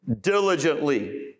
diligently